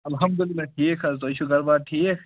اَلحَمدُاللہ ٹھیٖک حظ تۄہہِ چھُو گَرٕ بار ٹھیٖک